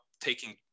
taking